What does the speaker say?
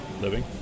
living